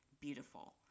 beautiful